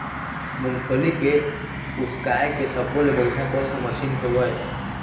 मूंगफली के उसकाय के सब्बो ले बढ़िया कोन सा मशीन हेवय?